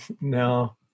no